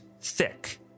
thick